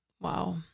Wow